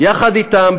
יחד אתם,